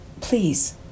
Please